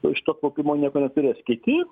iš to kaupimo nieko neturės kiti